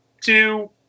two